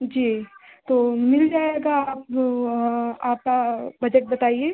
जी तो मिल जाएगा आप आपका बजट बताइए